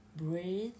breathe